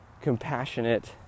compassionate